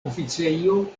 oficejo